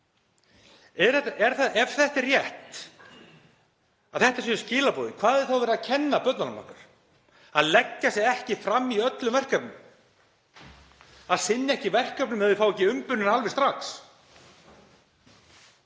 Ef rétt er að þetta séu skilaboðin, hvað er þá verið að kenna börnunum okkar? Að leggja sig ekki fram í öllum verkefnum? Að sinna ekki verkefnum ef þau fá ekki umbunina alveg strax?